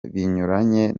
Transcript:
binyuranye